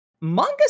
Manga